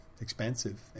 expensive